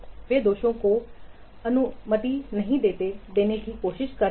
वे दोषों को अनुमति नहीं देने की कोशिश कर रहे हैं